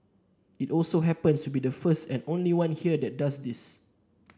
it also happens to be the first and only one here that does this